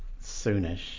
soonish